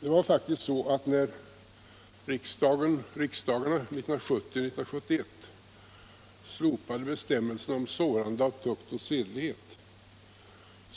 När riksdagen 1970 och 1971 slopade bestämmelserna om sårande av tukt och sedlighet